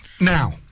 Now